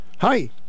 Hi